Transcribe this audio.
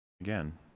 Again